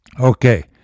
Okay